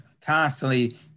constantly